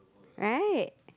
right